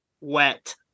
wet